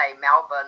Melbourne